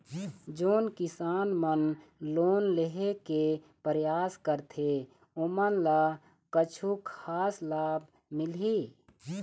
जोन किसान मन लोन लेहे के परयास करथें ओमन ला कछु खास लाभ मिलही?